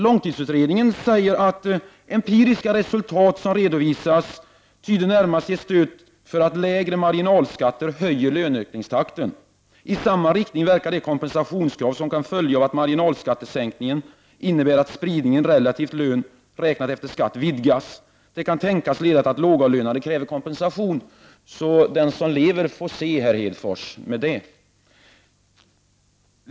Långtidsutredningen säger att ”empiriska resultat som redovisas tycks närmast ge stöd för att lägre marginalskatter höjer löneökningstakten. I samma riktning verkar de kompensationskrav som kan följa av marginalskattesänkningen, dvs. att spridningen relativt lön efter skatt vidgas. Det kan tänkas leda till att lågavlönade kräver kompensation”. Den som lever får se, Lars Hedfors.